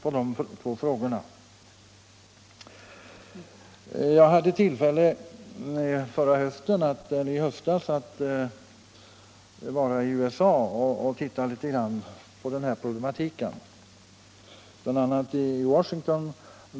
I höstas hade jag tillfälle att vara i USA och se litet grand på den här problematiken, bl.a. i Washington.